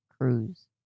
cruise